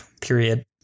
period